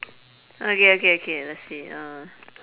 okay okay okay let's see uh